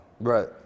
right